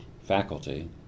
faculty